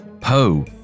Poe